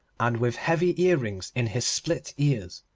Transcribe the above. and with heavy earrings in his split ears.